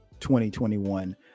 2021